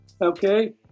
Okay